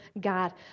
God